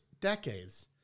decades